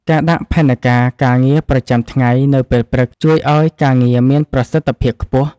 ការដាក់ផែនការការងារប្រចាំថ្ងៃនៅពេលព្រឹក ជួយឱ្យការងារមានប្រសិទ្ធភាពខ្ពស់។